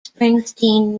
springsteen